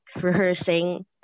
rehearsing